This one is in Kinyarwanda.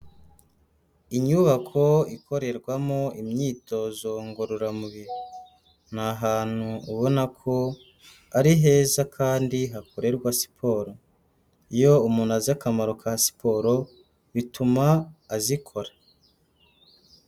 Inyubako ikorerwamo imyitozo ngororamubiri ni ahantu ubona ko ari heza kandi hakorerwa siporo. Iyo umuntu azi akamaro ka siporo bituma azikora.